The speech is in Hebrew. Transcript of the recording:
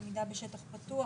למידה בשטח פתוח,